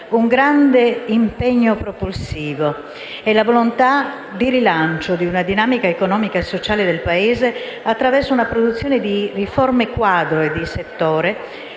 un grande impegno propulsivo e la volontà di rilancio di una dinamica economica e sociale del Paese, attraverso una produzione di riforme quadro e di settore